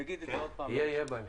יהיה בהמשך.